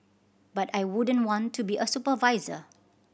but I wouldn't want to be a supervisor